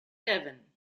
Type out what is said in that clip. devon